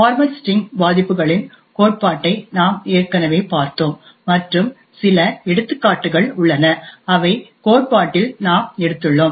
format string பாதிப்புகளின் கோட்பாட்டை நாம் ஏற்கனவே பார்த்தோம் மற்றும் சில எடுத்துக்காட்டுகள் உள்ளன அவை கோட்பாட்டில் நாம் எடுத்துள்ளோம்